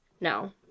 No